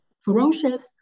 ferocious